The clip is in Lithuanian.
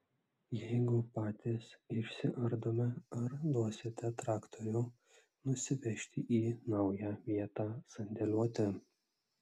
jeigu patys išsiardome ar duosite traktorių nusivežti į naują vietą sandėliuoti